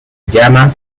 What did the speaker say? llama